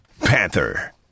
Panther